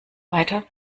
weiter